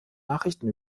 nachrichten